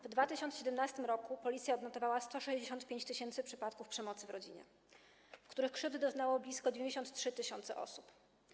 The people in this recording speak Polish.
W 2017 r. Policja odnotowała 165 tys. przypadków przemocy w rodzinie, w których krzywd doznało blisko 93 tys. osób.